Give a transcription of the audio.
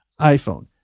iPhone